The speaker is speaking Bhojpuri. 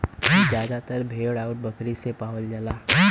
जादातर भेड़ आउर बकरी से पावल जाला